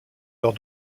leurs